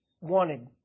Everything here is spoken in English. wanted